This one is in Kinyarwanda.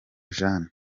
jeanne